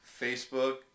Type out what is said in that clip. Facebook